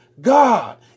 God